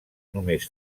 només